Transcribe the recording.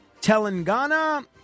Telangana